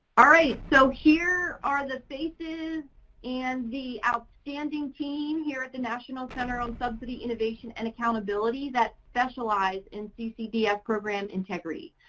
all right so here are the faces and the outstanding team here at the national center on subsidy innovation and accountability that specialize in ccdf program integrity.